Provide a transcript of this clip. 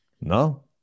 No